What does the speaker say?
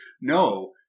no